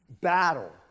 battle